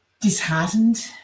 disheartened